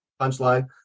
punchline